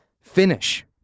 finish